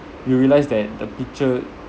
you realize that the picture